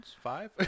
Five